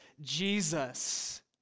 Jesus